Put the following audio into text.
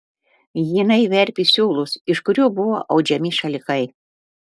jinai verpė siūlus iš kurių buvo audžiami šalikai